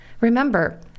Remember